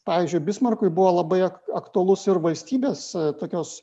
pavyzdžiui bismarkui buvo labai aktualus ir valstybės tokios